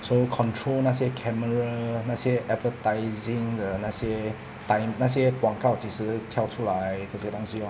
so control 那些 camera 那些 advertising 的那些 time 那些广告几是跳出来这些东西 lor